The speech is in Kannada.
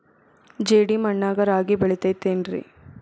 ಜೇಡಿ ಮಣ್ಣಾಗ ರಾಗಿ ಬೆಳಿತೈತೇನ್ರಿ?